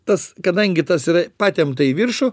tas kadangi tas yra patempta į viršų